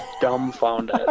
dumbfounded